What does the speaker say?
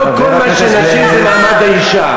לא כל מה שנשים זה מעמד האישה.